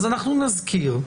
אנחנו נזכיר,